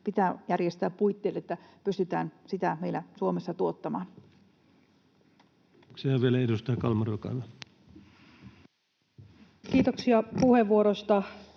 pitää järjestää puitteet, että pystytään sitä meillä Suomessa tuottamaan. [Speech